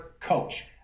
coach